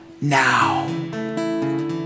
now